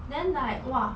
then like !wah!